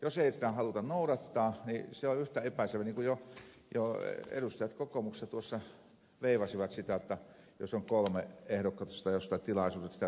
jos ei sitä haluta noudattaa niin se on yhtä epäselvä niin kuin jo edustajat kokoomuksesta veivasivat sitä jos on kolme ehdokasta jossain tilaisuudessa ja sinne tulee kaksi lisää